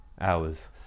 Hours